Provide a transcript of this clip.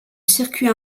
circuit